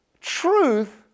Truth